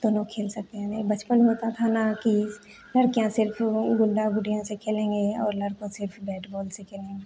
दोनों खेल सकते हैं नहीं बचपन में होता था न कि लड़कियाँ सिर्फ गुड्डा गुडियाँ से खेलेंगे और लड़को सिर्फ बैट बॉल से खेलेंगे